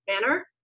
manner